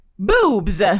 boobs